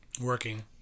Working